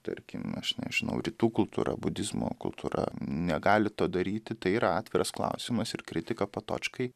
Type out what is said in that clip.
tarkim aš nežinau rytų kultūra budizmo kultūra negali to daryti tai yra atviras klausimas ir kritika patočkai